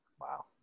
Wow